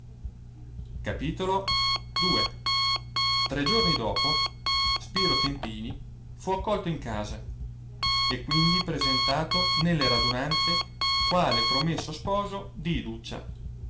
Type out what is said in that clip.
modo tre giorni dopo spiro tempini fu accolto in casa e quindi presentato nelle radunanze quale promesso sposo di iduccia